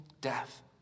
death